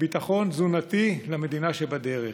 ביטחון תזונתי למדינה שבדרך.